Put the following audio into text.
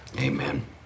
amen